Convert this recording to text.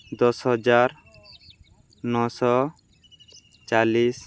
ଦଶ ହଜାର ନଅଶହ ଚାଳିଶ